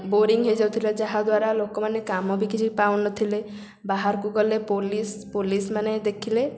boring ହେଇଯାଇଥିଲେ ଯାହା ଦ୍ୱାରା ଲୋକମାନେ କାମ ବି କିଛି ପାଉନଥିଲେ ବାହାରକୁ ଗଲେ ପୋଲିସ୍ ପୋଲିସ୍ ମାନେ ଦେଖିଲେ